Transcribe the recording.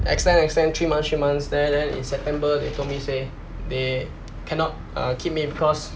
extend extend three months three months the~ then in september they told me say they cannot uh keep me because